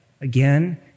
again